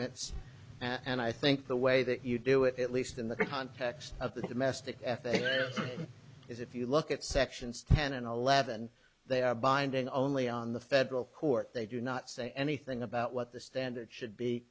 minutes and i think the way that you do it at least in the context of the domestic f a q s is if you look at sections ten and eleven they are binding only on the federal court they do not say anything about what the standard should be